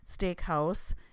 steakhouse